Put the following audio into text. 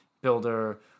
builder